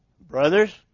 brothers